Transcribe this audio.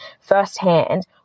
firsthand